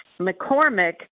McCormick